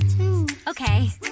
Okay